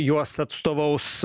juos atstovaus